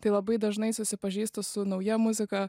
tai labai dažnai susipažįstu su nauja muzika